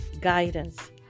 guidance